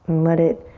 let it